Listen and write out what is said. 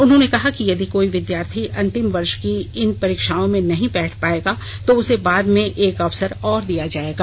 उन्होंने कहा कि यदि कोई विद्यार्थी अंतिम वर्ष की इन परीक्षाओं में नहीं बैठ पाएगा तो उसे बाद में एक अवसर और दिया जाएगा